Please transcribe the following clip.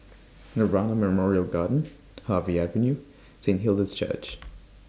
Nirvana Memorial Garden Harvey Avenue Saint Hilda's Church